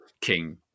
King